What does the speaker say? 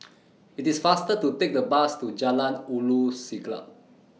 IT IS faster to Take The Bus to Jalan Ulu Siglap